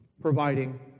providing